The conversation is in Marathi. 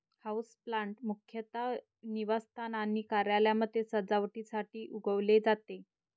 हाऊसप्लांट मुख्यतः निवासस्थान आणि कार्यालयांमध्ये सजावटीसाठी उगवले जाते